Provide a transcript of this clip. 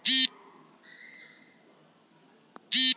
cashmere ಆಡಿನ ಉಣ್ಣಿಯ ನಾರು ಅಸಲಿ ಉಣ್ಣಿ ಸಿಗುದು ಕಾಶ್ಮೇರ ದಾಗ ಅಷ್ಟ